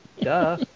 Duh